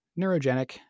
neurogenic